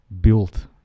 built